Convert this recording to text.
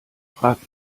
frag